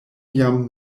jam